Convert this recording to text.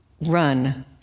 run